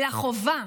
אלא חובה.